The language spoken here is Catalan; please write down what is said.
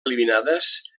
eliminades